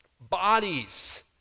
bodies